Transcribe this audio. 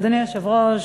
אדוני היושב-ראש,